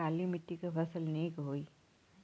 काली मिट्टी क फसल नीक होई?